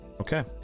Okay